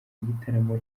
igitaramo